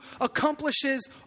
accomplishes